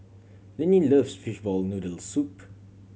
Linnie love fishball noodle soup